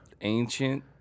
Ancient